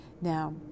now